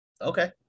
okay